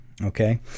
okay